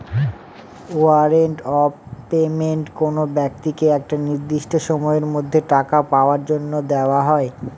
warrant of payment কোনো ব্যক্তিকে একটা নির্দিষ্ট সময়ের মধ্যে টাকা পাওয়ার জন্য দেওয়া হয়